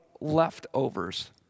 leftovers